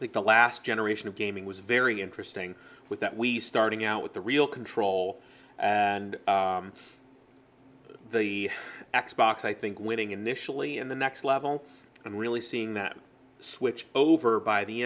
the last generation of gaming was very interesting with that we starting out with the real control and the x box i think winning initially in the next level and really seeing that switch over by the